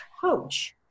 coach